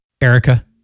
Erica